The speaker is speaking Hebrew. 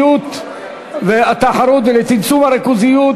הצעת חוק לקידום התחרות ולצמצום הריכוזיות,